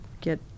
get